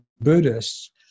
Buddhists